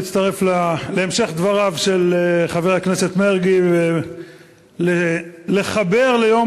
להצטרף להמשך דבריו של חבר הכנסת מרגי ולחבר ליום